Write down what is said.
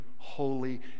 holy